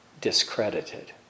discredited